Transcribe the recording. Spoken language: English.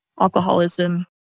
alcoholism